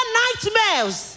nightmares